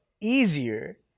easier